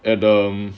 and um